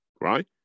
right